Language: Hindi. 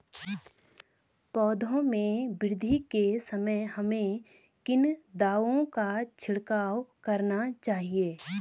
पौधों में वृद्धि के समय हमें किन दावों का छिड़काव करना चाहिए?